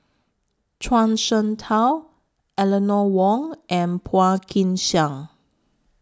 Zhuang Shengtao Eleanor Wong and Phua Kin Siang